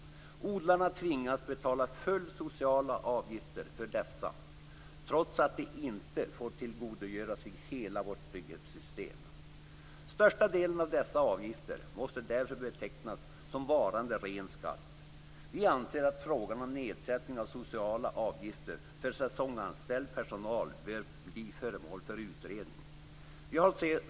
Odlarna tvingas betala fulla sociala avgifter för dessa personer trots att de inte får tillgodogöra sig hela vårt trygghetssystem. Största delen av dessa avgifter måste därför betecknas som varande ren skatt. Vi anser att frågan om en nedsättning av sociala avgifter för säsongsanställd personal bör bli föremål för utredning.